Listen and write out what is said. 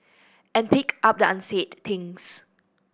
and pick up the unsaid things